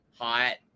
hot